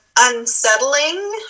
Unsettling